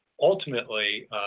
Ultimately